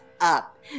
up